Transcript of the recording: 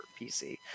pc